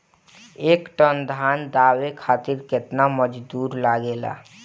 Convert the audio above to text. एक टन धान दवावे खातीर केतना मजदुर लागेला?